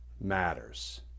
matters